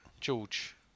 George